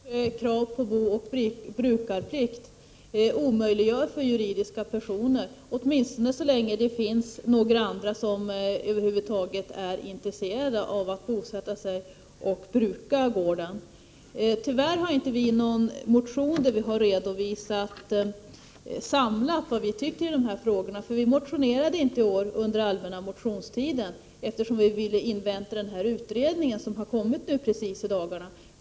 Herr talman! Det stämmer precis att vårt krav på booch brukarplikt omöjliggör för juridiska personer att köpa, åtminstone så länge det finns andra som över huvud taget är intresserade av att bosätta sig och bruka gården. Tyvärr har vi inte väckt någon motion, där vi samlat redovisar vad vi tycker om dessa frågor. Vi motionerade inte under allmänna motionstiden, efter som vi ville invänta utredningen som har kommit i dagarna.